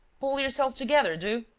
pull yourself together, do!